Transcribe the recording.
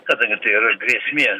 kadangi tai yra grėsmė